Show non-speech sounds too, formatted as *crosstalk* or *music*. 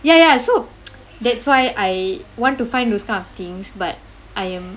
ya ya so *noise* that's why I want to find those kind of things but I am